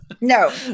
No